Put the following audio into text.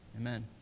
Amen